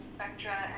Spectra